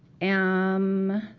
am